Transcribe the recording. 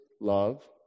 Love